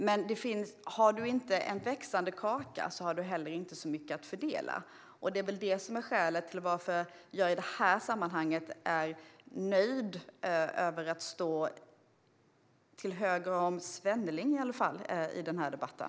Men har du inte en växande kaka har du inte heller så mycket att fördela. Det är väl skälet till att jag i det här sammanhanget är nöjd över att stå till höger om Svenneling, i alla fall i den här debatten.